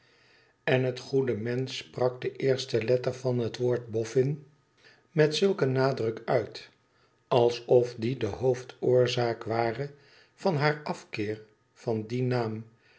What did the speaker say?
en het goede mensch sprak de eerste letter van het woord boffin met zulk een nadruk tiit alsof die de hoofdoorzaak ware van haar afkeer van dien naam